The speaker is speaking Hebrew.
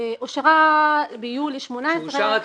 אלפי שקלים בהוצאה נטו בסך של 14 מיליון שקלים בהרשאה להתחייב.